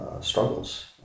struggles